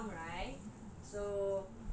for me I think it's